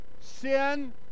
sin